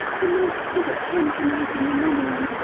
the note said at ten to-night in the morning-room,